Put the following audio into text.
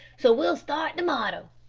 so we'll start to-morrow.